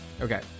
Okay